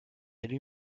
élue